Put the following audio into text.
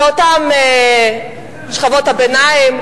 מאותן שכבות ביניים,